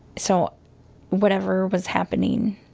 so whatever was happening,